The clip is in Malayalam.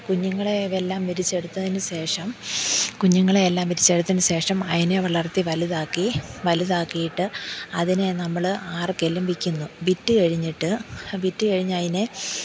കുഞ്ഞുങ്ങളെ എല്ലാം വിരിയിച്ചെടുത്തതിന് ശേഷം കുഞ്ഞുങ്ങളെ എല്ലാം വിരിയിച്ചെടുത്തതിന് ശേഷം അതിനെ വളർത്തി വലുതാക്കി വലുതാക്കിയിട്ട് അതിനെ നമ്മൾ ആർക്കെങ്കിലും വിൽക്കുന്നു വിറ്റു കഴിഞ്ഞിട്ട് വിറ്റു കഴിഞ്ഞു അതിനെ